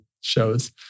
shows